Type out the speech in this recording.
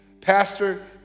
pastor